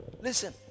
listen